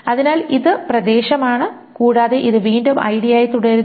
അതിനാൽ ഇത് പ്രദേശമാണ് കൂടാതെ ഇത് വീണ്ടും ഐഡിയായി തുടരുന്നു